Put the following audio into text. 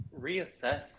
reassess